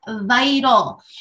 vital